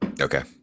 Okay